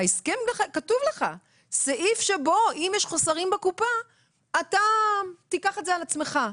בהסכם כתוב סעיף שבו אם יש חוסרים בקופה אתה תיקח את זה על עצמך.